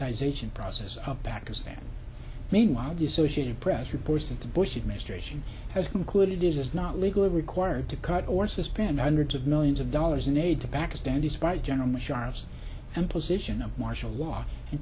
dies aging process of pakistan meanwhile the associated press reports that the bush administration has concluded is not legally required to cut or suspend hundreds of millions of dollars in aid to pakistan despite general musharraf imposition of martial law and